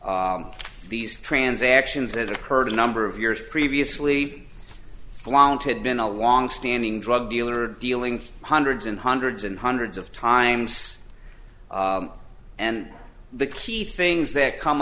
these transactions that occurred a number of years previously blonde had been a longstanding drug dealer dealing for hundreds and hundreds and hundreds of times and the key things that come